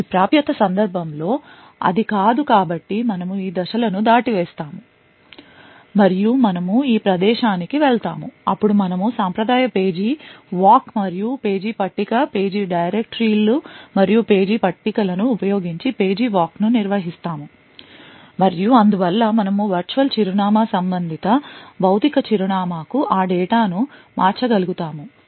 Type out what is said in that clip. ఈ ప్రత్యేక సందర్భంలో అది కాదు కాబట్టి మనము ఈ దశలను దాటవేస్తాము మరియు మనము ఈ ప్రదేశానికి వెళ్తాము అప్పుడు మనము సాంప్రదాయ పేజీ walk మరియు పేజీ పట్టిక పేజీ డైరెక్టరీలు మరియు పేజీ పట్టికలను ఉపయోగించి పేజీ walkను నిర్వహిస్తాము మరియు అందువల్ల మనము వర్చువల్ చిరునామా సంబంధిత భౌతిక చిరునామా కు ఆ డేటా ను మార్చగలుగుతాము